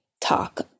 talk